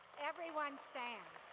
everyone stand.